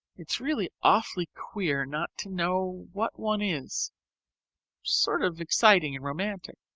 it's really awfully queer not to know what one is sort of exciting and romantic.